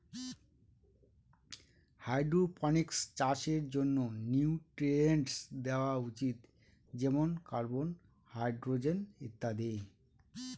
hydroponics চাষের জন্য nutrients দেওয়া উচিত যেমন কার্বন, হাইড্রজেন ইত্যাদি